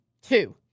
Two